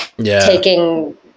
taking